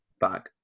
back